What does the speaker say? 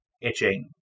itching